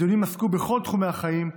הדיונים עסקו בכל תחומי החיים,